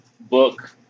book